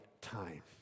time